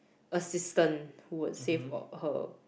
assistant who will save for her